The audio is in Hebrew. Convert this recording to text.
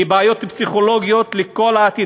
היא בעיות פסיכולוגיות לכל העתיד,